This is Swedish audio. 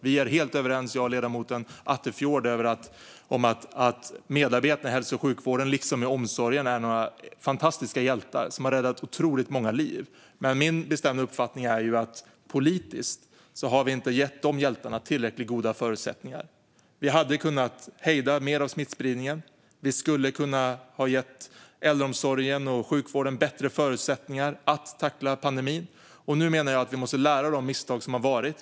Vi är helt överens, jag och ledamoten Attefjord, om att medarbetarna i hälso och sjukvården liksom i omsorgen är fantastiska hjältar som har räddat otroligt många liv. Men min bestämda uppfattning är att vi politiskt inte har gett dessa hjältar tillräckligt goda förutsättningar. Vi hade kunnat hejda mer av smittspridningen. Vi hade kunnat ge äldreomsorgen och sjukvården bättre förutsättningar att tackla pandemin. Jag menar att vi nu måste lära av de misstag som har gjorts.